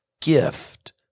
gift